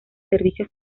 servicios